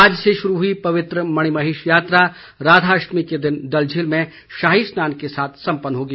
आज से शुरू हुई पवित्र मणिमहेश यात्रा राधाअष्टमी के दिन डल झील में शाही स्नान के साथ सम्पन होगी